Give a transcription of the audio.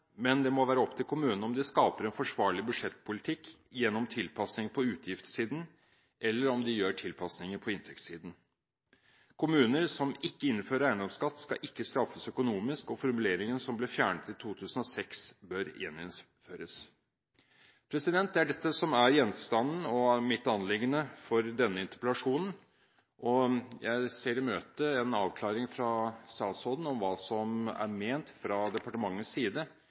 men det må være opp til kommunene om de skaper en forsvarlig budsjettpolitikk gjennom tilpasninger på utgiftssiden eller tilpasninger på inntektssiden. Kommuner som ikke innfører eiendomsskatt, skal ikke straffes økonomisk, og formuleringen som ble fjernet i 2006, bør gjeninnføres. Det er dette som er gjenstand for mitt anliggende i denne interpellasjonen, og jeg imøteser en avklaring fra statsråden om hva departementet har ment